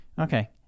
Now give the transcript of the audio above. okay